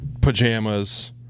pajamas